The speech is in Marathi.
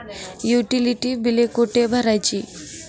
युटिलिटी बिले कुठे भरायची?